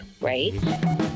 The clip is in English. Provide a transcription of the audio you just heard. right